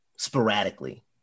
sporadically